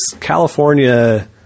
California